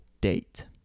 date